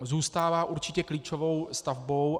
Zůstává určitě klíčovou stavbou.